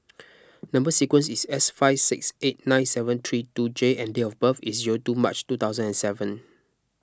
Number Sequence is S five six eight nine seven three two J and date of birth is zero two March two thousand and seven